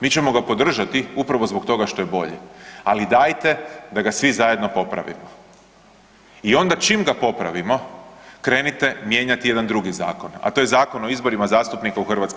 Mi ćemo ga podržati upravo zbog toga što je bolje, ali dajte da ga svi zajedno popravimo i onda čim ga popravimo krenite mijenjati jedan drugih zakon, a to je Zakon o izborima zastupnika u HS.